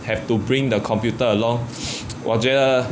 have to bring the computer along 我觉得